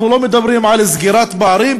אנחנו לא מדברים על סגירת פערים,